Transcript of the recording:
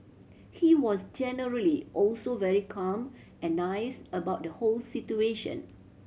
he was generally also very calm and nice about the whole situation